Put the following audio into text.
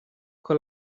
con